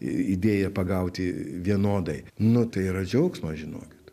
idėją pagauti vienodai nu tai yra džiaugsmas žinokit